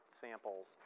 samples